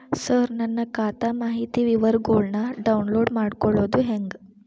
ಸರ ನನ್ನ ಖಾತಾ ಮಾಹಿತಿ ವಿವರಗೊಳ್ನ, ಡೌನ್ಲೋಡ್ ಮಾಡ್ಕೊಳೋದು ಹೆಂಗ?